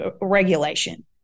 regulation